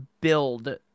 build